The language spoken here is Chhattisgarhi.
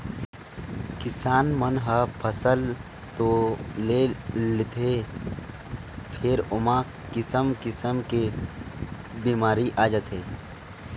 किसान मन ह फसल तो ले लेथे फेर ओमा किसम किसम के बिमारी आ जाथे